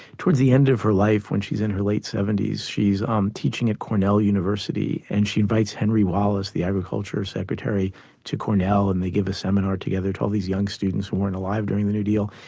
towards the end of her life when she's in the late seventy s she's um teaching at cornell university and she writes henry wallace, the agriculture secretary to cornell and they give a seminar together, told these young students who weren't alive during the new deal,